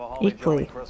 equally